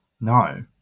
No